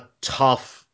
tough